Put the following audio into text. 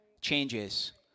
changes